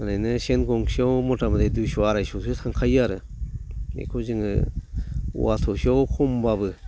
ओरैनो सेन गंसेयाव मथा मथि दुइस' आरायस'सो थांखायो आरो बेखौ जोङो औवा थसेयाव खमबाबो